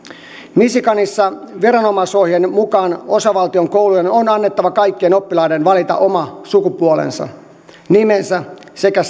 michiganissa viranomaisohjeen mukaan osavaltion koulujen on annettava kaikkien oppilaiden valita oma sukupuolensa nimensä sekä